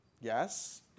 Yes